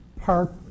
park